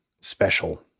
special